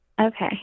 Okay